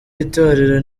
y’itorero